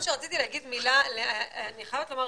אני חייבת לומר,